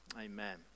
Amen